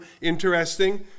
Interesting